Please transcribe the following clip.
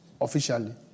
officially